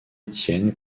étienne